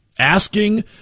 Asking